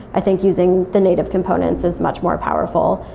i think using the native components is much more powerful,